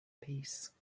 peace